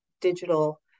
digital